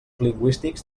lingüístics